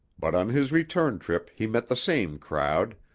but on his return trip he met the same crowd,